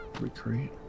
recreate